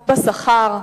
בשכר,